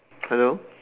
hello